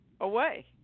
away